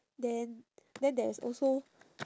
then then there is also